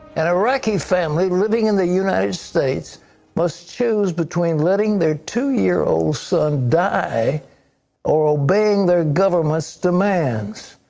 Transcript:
an iraqi family living in the united states must choose between letting their two year old son die or obeying their governments demands.